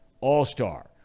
all-star